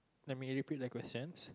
let me repeat the question